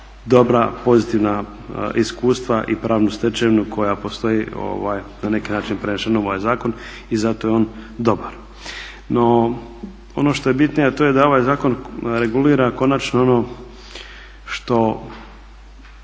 dobra, pozitivna iskustva i pravnu stečevinu koja postoji na neki način prenešeno u ovaj zakon i zato je on dobar. No, ono što je bitnije a to je da ovaj zakon regulira konačno ono što